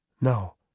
no